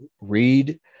read